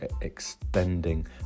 extending